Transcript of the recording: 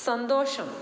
സന്തോഷം